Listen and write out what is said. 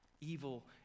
evil